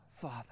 Father